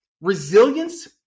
resilience